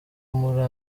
muri